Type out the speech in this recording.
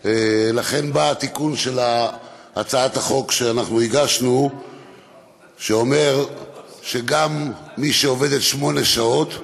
התיקון של הצעת החוק שאנחנו הגשנו אומר שגם מי שעובדת שמונה שעות,